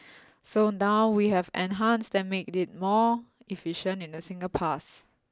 so now we have enhanced and made it more efficient in a single pass